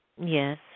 Yes